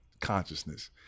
consciousness